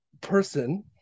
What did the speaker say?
person